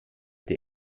der